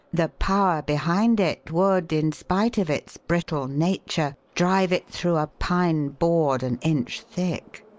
the power behind it would, in spite of its brittle nature, drive it through a pine board an inch thick.